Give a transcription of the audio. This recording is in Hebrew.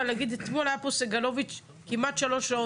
אתמול היה פה סגלוביץ כמעט שלוש שעות,